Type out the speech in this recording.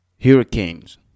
hurricanes